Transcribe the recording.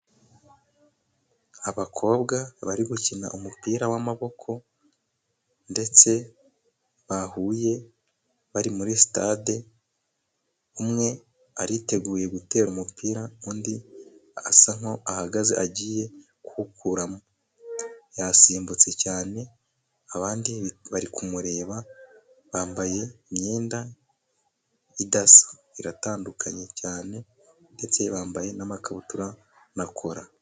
Abakobwa bari gukina umupira w'amaboko, ndetse bahuye bari muri sitade, umwe ariteguye gutera umupira, undi asa nk'aho ahagaze agiye kuwukuramo. Yasimbutse cyane, abandi bari kumureba, bambaye imyenda idasa. Iratandukanye cyane, ndetse bambaye n'amakabutura na kora.